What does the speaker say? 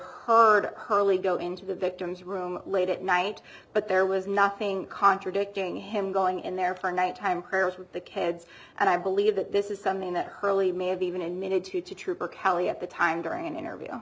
only go into the victim's room late at night but there was nothing contradicting him going in there for nighttime curls with the kids and i believe that this is something that hurley may have even admitted to trooper kelly at the time during an interview